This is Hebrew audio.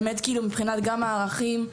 גם מבחינת הערכים,